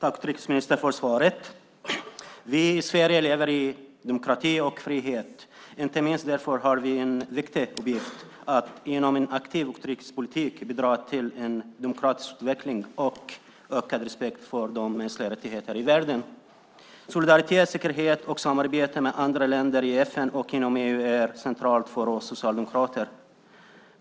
Herr talman! Tack för svaret, utrikesministern! Vi i Sverige lever i demokrati och frihet. Inte minst därför har vi en viktig uppgift att genom en aktiv utrikespolitik bidra till demokratisk utveckling och ökad respekt för mänskliga rättigheter i världen. Solidaritet, säkerhet och samarbete med andra länder i världen i FN och inom EU är centralt för oss socialdemokrater.